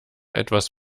etwas